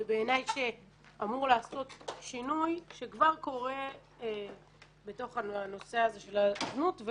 ובעיניי שאמור לעשות שינוי שכבר קורה בנושא הזה של הזנות,